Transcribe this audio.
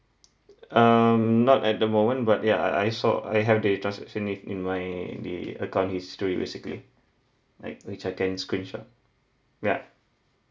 um not at the moment but ya I I saw I have the transaction in in my the account history basically like which I can screenshot ya